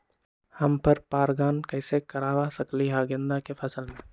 हम पर पारगन कैसे करवा सकली ह गेंदा के फसल में?